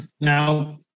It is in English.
Now